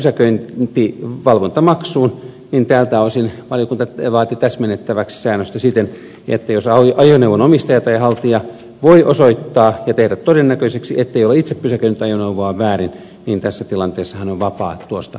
mitä tulee pysäköintivalvontamaksuun niin tältä osin valiokunta vaati täsmennettäväksi säännöstä siten että jos ajoneuvon omistaja tai haltija voi osoittaa ja tehdä todennäköiseksi ettei ole itse pysäköinyt ajoneuvoaan väärin niin tässä tilanteessa hän on vapaa tuosta maksusta